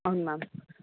అవును మ్యామ్